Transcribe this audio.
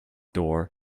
door